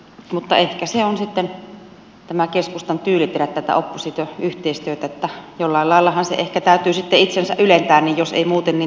mutta ehkä se on sitten tämä keskustan tyyli tehdä tätä oppositioyhteistyötä jollain laillahan se ehkä täytyy sitten itsensä ylentää jos ei muuten niin toisia alentamalla